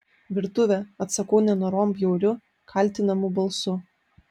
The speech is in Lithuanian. virtuvė atsakau nenorom bjauriu kaltinamu balsu